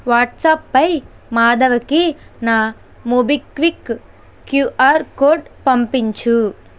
వాట్సాప్పై మాధవకి నా MobiKwik QR code పంపించు